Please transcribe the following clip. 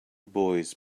boys